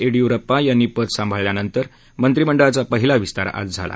येडीयुराप्पा यांनी पद सांभाळल्यानंतर मंत्रिमंडळाचा पहिला विस्तार आज झाला